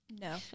No